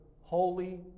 holy